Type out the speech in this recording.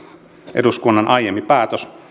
eduskunnan aiempi päätös